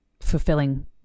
fulfilling